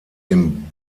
dem